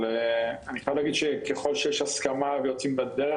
אבל אני חייב להגיד שככל שיש הסכמה ויוצאים לדרך,